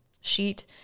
sheet